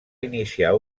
iniciar